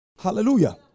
Hallelujah